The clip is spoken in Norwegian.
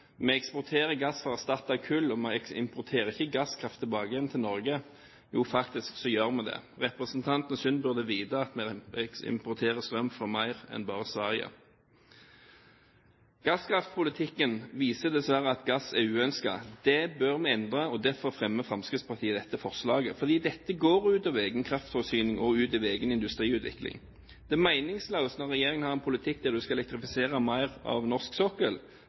vi eksporterer gass for å erstatte kull og ikke importerer gasskraft tilbake til Norge. Jo, vi gjør faktisk det. Representanten Sund burde vite at vi importerer strøm fra flere land enn Sverige. Gasskraftpolitikken viser dessverre at gass er uønsket. Det bør vi endre, og derfor fremmer Fremskrittspartiet dette forslaget. Dette går ut over egen kraftforsyning og ut over egen industriutvikling. Det er meningsløst når regjeringen har en politikk der du skal elektrifisere mer av norsk sokkel